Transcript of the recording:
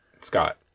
Scott